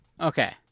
Okay